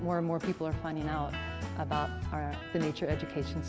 more and more people are finding out about the nature education